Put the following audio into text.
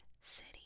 city